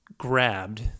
grabbed